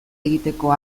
egiteko